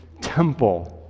temple